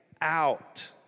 out